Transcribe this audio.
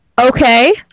okay